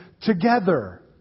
together